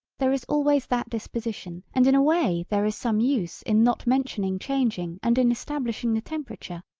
there is always that disposition and in a way there is some use in not mentioning changing and in establishing the temperature,